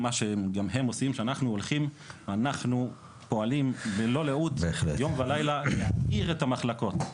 כשאנחנו הולכים אנחנו פועלים ללא לאות יום ולילה להאיר את המחלקות.